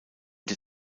der